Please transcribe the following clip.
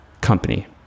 company